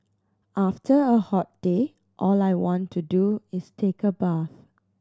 after a hot day all I want to do is take a bath